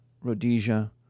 Rhodesia